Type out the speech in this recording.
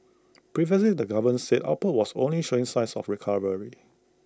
previously the government said output was only showing signs of A recovery